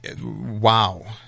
wow